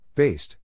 Based